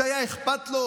היה אכפת לו?